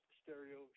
stereo